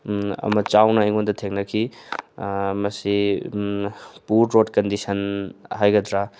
ꯑꯃ ꯆꯥꯎꯅ ꯑꯩꯉꯣꯟꯗ ꯊꯦꯡꯅꯈꯤ ꯃꯁꯤ ꯄꯣꯔ ꯔꯣꯠ ꯀꯟꯗꯤꯁꯟ ꯍꯥꯏꯒꯗ꯭ꯔꯥ